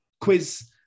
quiz